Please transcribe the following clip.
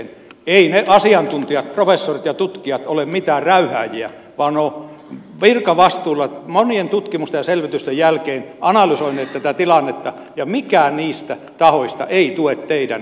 eivät ne asiantuntijat professorit ja tutkijat ole mitään räyhääjiä vaan he ovat virkavastuulla monien tutkimusten ja selvitysten jälkeen analysoineet tätä tilannetta ja mikään niistä tahoista ei tue teidän jättikunta ajatteluanne